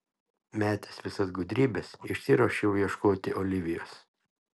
metęs visas gudrybes išsiruošiau ieškoti olivijos